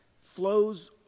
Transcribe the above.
flows